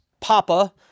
papa